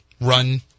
run